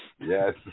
Yes